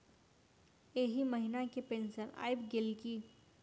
एहि महीना केँ पेंशन आबि गेल की